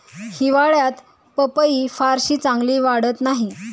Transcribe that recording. हिवाळ्यात पपई फारशी चांगली वाढत नाही